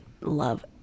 love